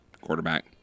quarterback